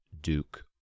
Duke